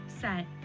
set